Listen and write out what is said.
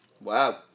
Wow